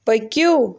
پٔکِو